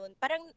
parang